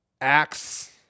acts